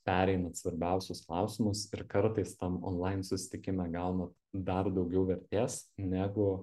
pereinat svarbiausius klausimus ir kartais tam onlain susitikime gaunat dar daugiau vertės negu